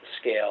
scale